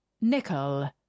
Nickel